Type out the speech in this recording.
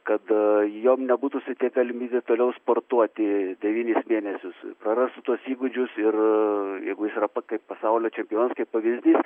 kad jam nebūtų suteikta galimybė toliau sportuoti devynis mėnesius prarastų tuos įgūdžius ir jeigu jis yra pa kaip pasaulio čempionas kaip pavyzdys